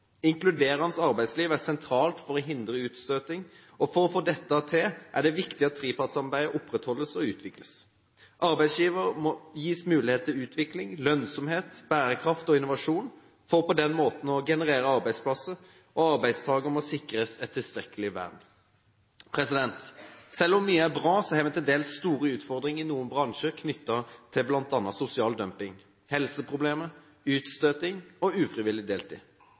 inkluderende arbeidsliv er sentralt for å hindre utstøting. For å få dette til er det viktig at trepartssamarbeidet opprettholdes og utvikles. Arbeidsgiver må gis mulighet til utvikling, lønnsomhet, bærekraft og innovasjon – for på den måten å generere arbeidsplasser. Arbeidstaker må sikres et tilstrekkelig vern. Selv om mye er bra, har vi til dels store utfordringer i noen bransjer, knyttet til bl.a. sosial dumping, helseproblemer, utstøting og ufrivillig deltid.